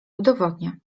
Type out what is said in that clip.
udowodnię